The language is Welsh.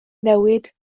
newid